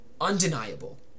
undeniable